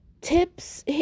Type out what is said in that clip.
Tips